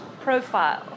profile